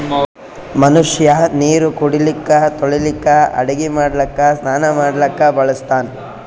ಮನಷ್ಯಾ ನೀರು ಕುಡಿಲಿಕ್ಕ ತೊಳಿಲಿಕ್ಕ ಅಡಗಿ ಮಾಡ್ಲಕ್ಕ ಸ್ನಾನಾ ಮಾಡ್ಲಕ್ಕ ಬಳಸ್ತಾನ್